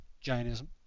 Jainism